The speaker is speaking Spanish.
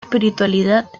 espiritualidad